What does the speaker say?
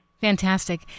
Fantastic